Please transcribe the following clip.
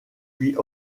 puis